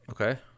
Okay